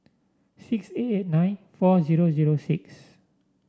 six eight eight nine four zero zero six